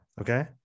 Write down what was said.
Okay